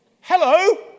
Hello